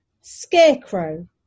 Scarecrow